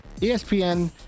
ESPN